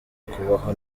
kubaho